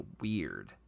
weird